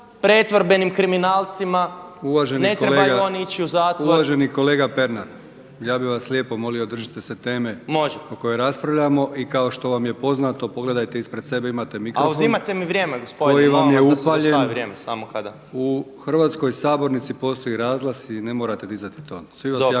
trebaju oni … /Upadica Brkić: Uvaženi kolega Pernar, ja bih vas lijepo molio držite se teme o kojoj raspravljamo. I kao što vam je poznato pogledajte ispred sebe imate mikrofon.) A oduzimate mi vrijeme gospodine. Molim vas da se zaustavi vrijeme samo. /Upadica Brkić: U hrvatskoj sabornici postoji razglas i ne morate dizati ton. Svi vas jako